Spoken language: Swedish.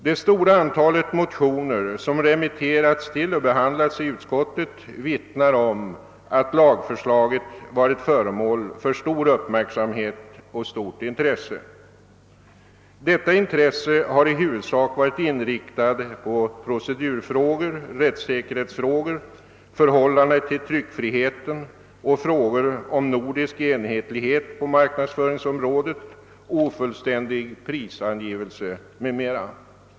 Det stora antalet motioner som remitterats till och behandlats i utskottet vittnar om att lagförslaget varit föremål för stor uppmärksamhet och stort intresse. Detta intresse har i huvudsak varit inriktat på procedurfrågor, rättssäkerhetsfrågor, förhållandet till tryckfriheten och frågor om nordisk enhetlighet på marknadsföringsområdet, ofullständig prisangivelse m.m.